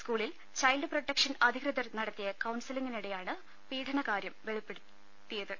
സ്കൂളിൽ child protection അധികൃതർ നടത്തിയ കൌൺസിലിങ്ങിനിടെയാണ് പീഡനകാര്യം വെളിപ്പെടുത്തിയത്